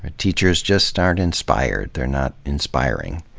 ah teachers just aren't inspired. they're not inspiring.